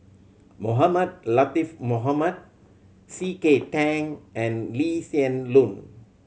Mohamed Latiff Mohamed C K Tang and Lee Hsien Loong